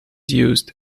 used